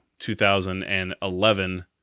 2011